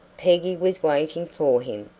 peggy was waiting for him.